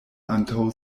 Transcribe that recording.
antaŭ